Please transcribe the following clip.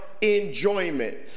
enjoyment